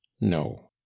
no